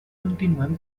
continuem